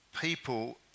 people